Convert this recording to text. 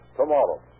tomorrow